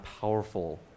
powerful